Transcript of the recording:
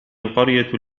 القرية